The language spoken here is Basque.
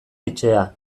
etxea